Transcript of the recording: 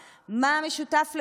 מה המשותף לכולם?